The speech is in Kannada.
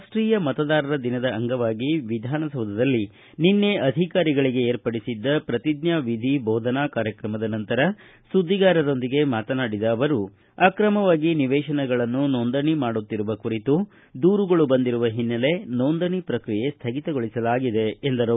ರಾಷ್ಟೀಯ ಮತದಾರರ ದಿನದ ಅಂಗವಾಗಿವಿಧಾನಸೌಧದಲ್ಲಿ ನಿನ್ನೆ ಅಧಿಕಾರಿಗಳಿಗೆ ಏರ್ಪಡಿಸಿದ್ದ ಪ್ರತಿಜ್ಞಾ ವಿಧಿ ಬೋಧನಾ ಕಾರ್ಯಕ್ರಮದ ನಂತರ ಸುಧ್ನಿಗಾರರೊಂದಿಗೆ ಮಾತನಾಡಿದ ಅವರು ಅಕ್ರಮವಾಗಿ ನಿವೇಶನಗಳನ್ನು ನೋಂದಣಿ ಮಾಡುತ್ತಿರುವ ಕುರಿತು ದೂರುಗಳು ಬಂದಿರುವ ಹಿನ್ನೆಲೆ ನೋಂದಣಿ ಪ್ರಕ್ರಿಯೆ ಸ್ವಗಿತಗೊಳಿಸಲಾಗಿದೆ ಎಂದರು